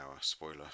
spoiler